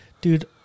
Dude